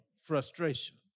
frustration